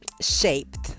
shaped